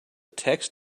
text